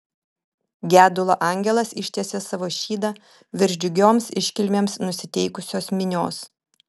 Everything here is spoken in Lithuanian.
gedulo angelas ištiesė savo šydą virš džiugioms iškilmėms nusiteikusios minios